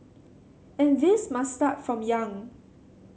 and this must start from young